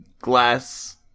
glass